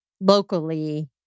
locally